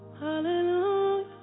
Hallelujah